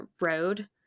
road